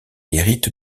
hérite